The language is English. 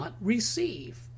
receive